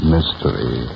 Mystery